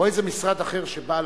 או איזה משרד אחר שבא,